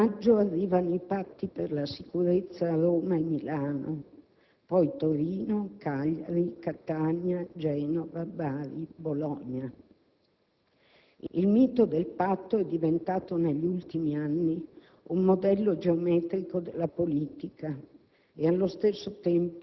Non dice la nostra Costituzione quale origine debbano avere i cittadini, accogliendo in tal modo le donne e gli uomini che compongono la società del nostro Paese.